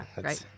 Right